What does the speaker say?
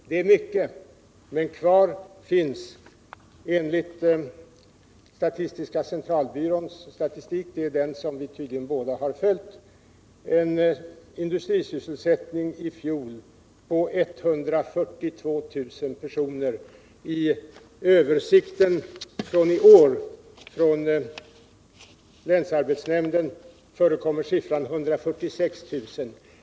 Det är mycket, men kvar finns enligt statistiska centralbyråns statistik — det är den som vi tydligen båda har följt en industrisysselsättning i fjol på 142 000 personer. I översikten från länsarbetsnämnden för i år förekommer siffran 146 000.